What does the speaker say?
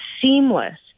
seamless